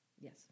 Yes